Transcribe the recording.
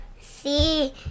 see